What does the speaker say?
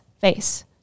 Face